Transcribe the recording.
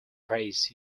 phrase